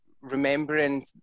remembering